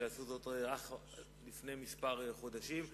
שעשו זאת אך לפני כמה חודשים.